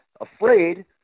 afraid